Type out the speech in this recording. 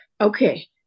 Okay